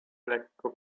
lekko